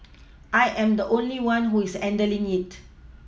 I am the only one who is handling it